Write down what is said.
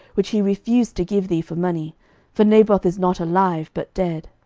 which he refused to give thee for money for naboth is not alive, but dead.